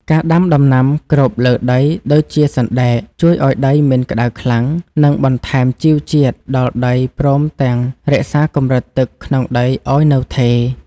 ការដាំដំណាំគ្របលើដីដូចជាសណ្តែកជួយឱ្យដីមិនក្តៅខ្លាំង និងបន្ថែមជីវជាតិដល់ដីព្រមទាំងរក្សាកម្រិតទឹកក្នុងដីឱ្យនៅថេរ។